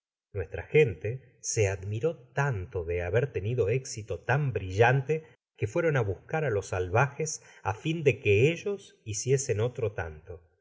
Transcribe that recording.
nuestra gente se admiró tanto de haber tenido éxito tan brillante que fueron á buscar á los salvajes á fin de que ellos hiciesen otro tanto